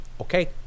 Okay